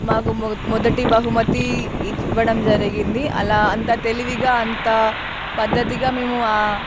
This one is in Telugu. మాకు మొదటి బహుమతి ఇవ్వడం జరిగింది అలా అంత తెలివిగా అంత పద్ధతిగా మేము ఆ